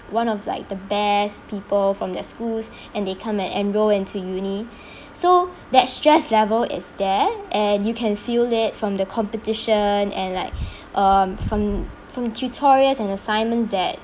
one of like the best people from their schools and they come and enroll into uni so that stress level is there and you can feel it from the competition and like um from from tutorials and assignments that